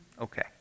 Okay